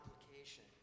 application